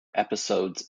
episodes